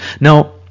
now